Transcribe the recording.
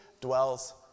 dwells